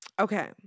okay